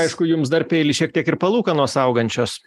aišku jums dar peili šiek tiek ir palūkanos augančios